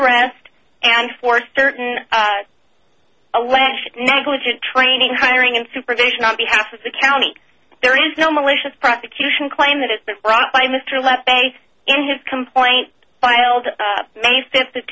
arrest and for certain alleged negligent training hiring and supervision on behalf of the county there is no malicious prosecution claim that has been brought by mr left in his complaint filed may fifth of